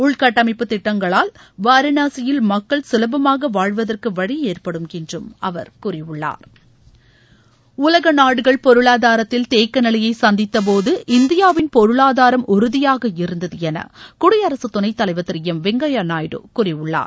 உள்கட்டமைப்பு திட்டங்களால் வாரணாசியில் மக்கள் கலபமாக வாழ்வதற்கு வழி ஏற்படும் என்று அவர் கூறியுள்ளார் உலக நாடுகள் பொருளாதாரத்தில் தேக்க நிலையை சந்தித்த போது இந்தியாவின் பொருளாதாரம் உறுதியாக இருந்தது என குடியரசுத் துணைத் தலைவர் திரு எம் வெங்கையா நாயுடு கூறியுள்ளார்